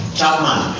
Chapman